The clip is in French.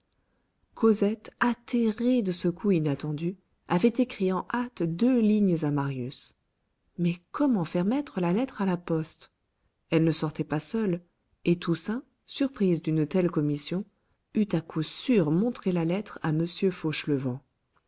cosette atterrée de ce coup inattendu avait écrit en hâte deux lignes à marius mais comment faire mettre la lettre à la poste elle ne sortait pas seule et toussaint surprise d'une telle commission eût à coup sûr montré la lettre à